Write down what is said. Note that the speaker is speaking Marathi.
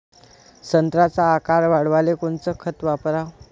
संत्र्याचा आकार वाढवाले कोणतं खत वापराव?